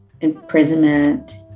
imprisonment